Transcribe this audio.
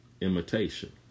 imitation